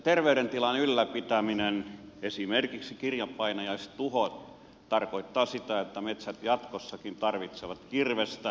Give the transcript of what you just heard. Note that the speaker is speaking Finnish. terveydentilan ylläpitäminen esimerkiksi kirjanpainajatuhot tarkoittaa sitä että metsät jatkossakin tarvitsevat kirvestä